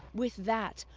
with that,